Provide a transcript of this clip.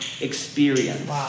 experience